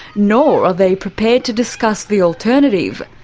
nor are they prepared to discuss the alternative.